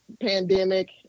pandemic